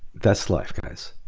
that's life, guys,